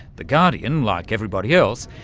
the guardian, like everybody else,